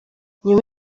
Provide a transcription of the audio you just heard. nyuma